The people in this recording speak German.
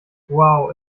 wow